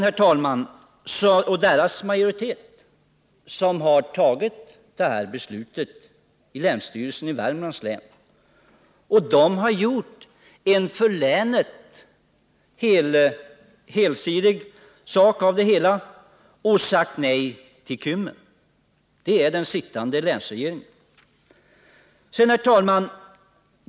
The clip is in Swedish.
planeringen Det är majoriteten i länsregeringen i Värmland som har fattat detta beslut. Och den har gjort en för länet allomfattande sak av det hela och sagt nej till Kymmens kraftverk. Det är vad den sittande länsregeringen gjort. Herr talman!